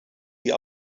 die